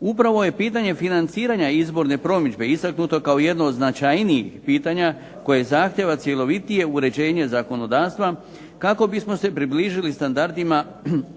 Upravo je pitanje financiranja izborne promidžbe istaknuto kao jedno od značajnijih pitanja koje zahtijeva cjelovitije uređenje zakonodavstva, kako bismo se približili standardima